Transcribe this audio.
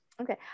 Okay